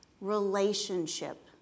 relationship